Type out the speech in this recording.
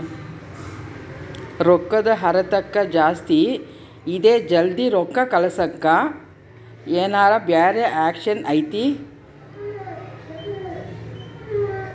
ರೊಕ್ಕದ ಹರಕತ್ತ ಜಾಸ್ತಿ ಇದೆ ಜಲ್ದಿ ರೊಕ್ಕ ಕಳಸಕ್ಕೆ ಏನಾರ ಬ್ಯಾರೆ ಆಪ್ಷನ್ ಐತಿ?